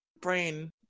brain